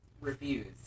Reviews